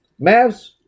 Mavs